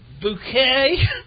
Bouquet